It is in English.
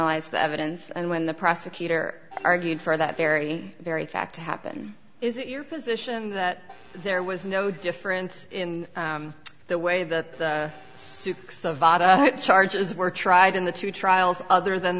alise the evidence and when the prosecutor argued for that very very fact to happen is it your position that there was no difference in the way the souks of charges were tried in the two trials other than